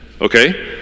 okay